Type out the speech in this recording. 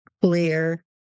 clear